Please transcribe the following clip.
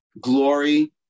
glory